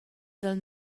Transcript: dal